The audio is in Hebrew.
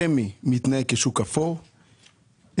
רמ"י מתנהג כשוק אפור,